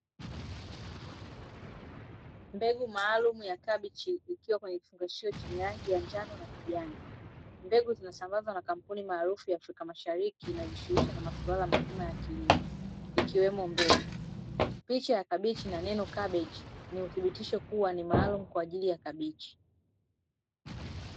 Mbegu maalumu ya kabichi ikiwa kwenye kifungashio chenye rangi ya njano na kijani. Mbegu zinasambazwa na kampuni maarufu ya Afrika Mashariki inayojishughulisha na masuala mazima ya kilimo, ikiwemo mbegu. Picha ya kabichi na neno kabeji ni uthibitisho kuwa ni maalumu kwa ajili ya kabichi.